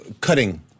cutting